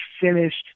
finished